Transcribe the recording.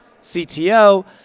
CTO